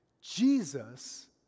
Jesus